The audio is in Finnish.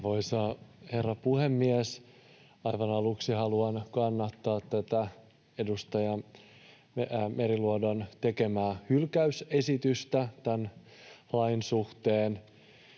herra puhemies! Aivan aluksi haluan kannattaa tätä edustaja Meriluodon tekemää hylkäysesitystä tämän lain suhteen.